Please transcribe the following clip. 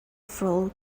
full